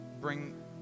bring